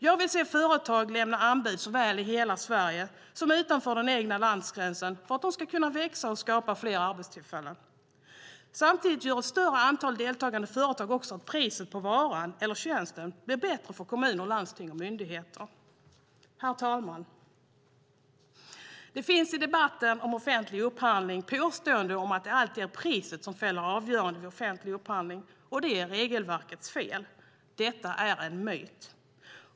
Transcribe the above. Jag vill se företag lämna anbud såväl i hela Sverige som utanför den egna landsgränsen för att de ska kunna växa och skapa fler arbetstillfällen. Samtidigt gör ett större antal deltagande företag också att priset på varan eller tjänsten blir bättre för kommuner, landsting och myndigheter. Herr talman! Det finns i debatten om offentlig upphandling påståenden om att det alltid är priset som fäller avgörandet vid offentlig upphandling och att det är regelverkets fel. Detta är en myt.